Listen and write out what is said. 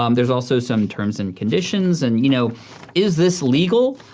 um there is also some terms and conditions. and you know is this legal?